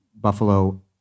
buffalo